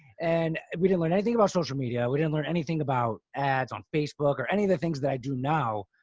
and we didn't learn anything about social media. we didn't learn anything about ads on facebook or any of the things that i do now.